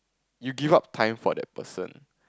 you give up time for that person